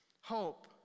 Hope